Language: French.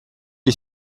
est